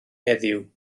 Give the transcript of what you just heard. heddiw